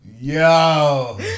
Yo